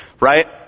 Right